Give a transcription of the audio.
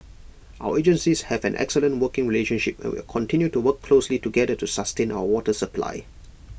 our agencies have an excellent working relationship and will continue to work closely together to sustain our water supply